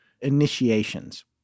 initiations